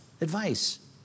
advice